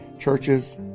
churches